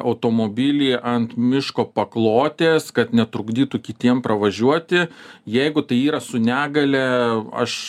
automobilį ant miško paklotės kad netrukdytų kitiem pravažiuoti jeigu tai yra su negalia aš